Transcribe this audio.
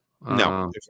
no